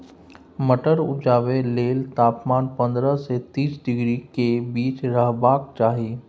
मटर उपजाबै लेल तापमान पंद्रह सँ तीस डिग्री केर बीच रहबाक चाही